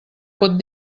pot